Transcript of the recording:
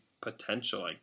potential